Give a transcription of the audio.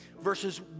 verses